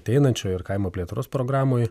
ateinančio ir kaimo plėtros programoj